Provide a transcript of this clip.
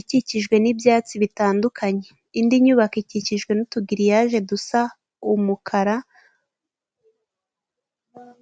ikikijwe n'ibyatsi bitandukanye. Indi nyubako ikikijwe n'utugiriyaje dusa umukara